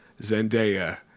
Zendaya